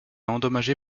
endommagée